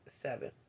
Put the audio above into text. Seven